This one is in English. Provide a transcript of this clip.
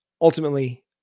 ultimately